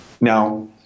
Now